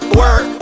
work